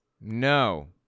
No